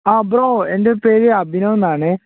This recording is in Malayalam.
ആ ബ്രോ എൻറ്റെ പേര് അഭിനവ് എന്നാണ്